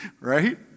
Right